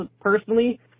personally